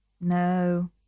No